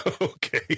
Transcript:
Okay